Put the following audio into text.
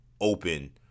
open